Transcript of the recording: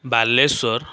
Balasore